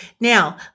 now